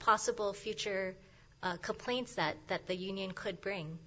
possible future complaints that that the union could bring